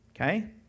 okay